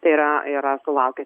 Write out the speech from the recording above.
tai yra yra sulaukę